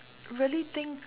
really think